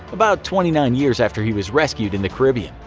about twenty nine years after he was rescued in the caribbean.